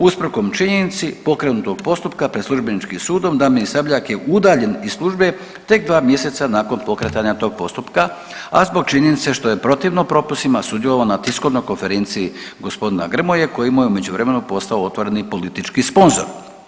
Usprkos činjenici pokrenutog postupka pred službeničkim sudom Damir Sabljak je udaljen iz službe tek 2 mjeseca nakon pokretanja tog postupka, a zbog činjenice što je protivno propisima sudjelovao na tiskovnoj konferenciji g. Grmoje koji mu je u međuvremenu postao otvoreni politički sponzor.